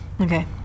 Okay